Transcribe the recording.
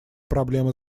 проблемы